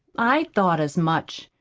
i thought as much!